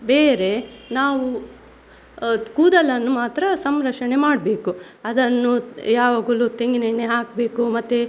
ಬೇರೆ ನಾವು ಕೂದಲನ್ನು ಮಾತ್ರ ಸಂರಕ್ಷಣೆ ಮಾಡಬೇಕು ಅದನ್ನು ಯಾವಾಗಲೂ ತೆಂಗಿನ ಎಣ್ಣೆ ಹಾಕಬೇಕು ಮತ್ತೆ